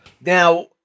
now